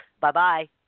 Bye-bye